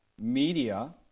media